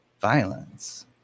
violence